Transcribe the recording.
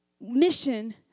mission